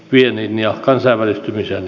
pienin ja kansainvälistymiseen